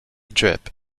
drip